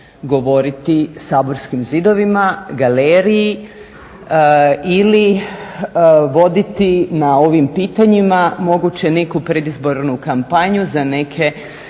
govoriti saborskim zidovima, galeriji ili voditi na ovim pitanjima moguće neku predizbornu kampanju za neke